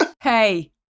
Hey